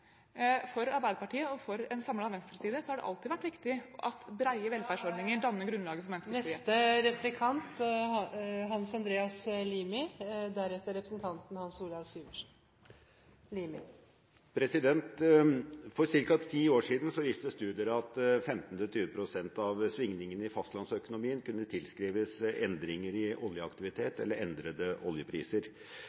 For Arbeiderpartiet og for en samlet venstreside har det alltid vært viktig at brede velferdsordninger danner grunnlaget for menneskers frihet. For ca. ti år siden viste studier at 15–20 pst. av svingningene i fastlandsøkonomien kunne tilskrives endringer i